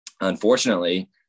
unfortunately